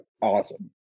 awesome